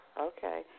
Okay